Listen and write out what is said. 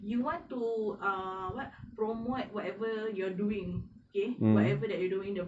you want to uh what promote whatever you are doing okay whatever that you are doing